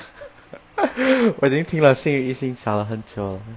我已经听了 xing yue 和 yi xing 讲了很久了